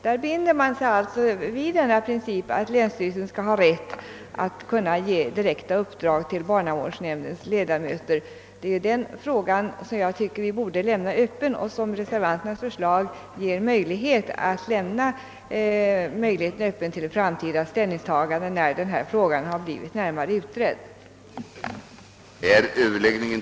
Man binder sig alltså vid principen att länsstyrelsen skall ha rätt att ge direkta uppdrag till barnavårdsnämndens ledamöter. Det är den frågan vi borde lämna öppen — vilket reservanternas förslag gör — för ett framtida ställningstagande när den blivit närmare utredd. Enligt ensittarlagen kan nyttjanderättshavare som innehar annans mark för jordbrukseller bostadsändamål få lösa till sig marken.